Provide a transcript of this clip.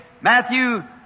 Matthew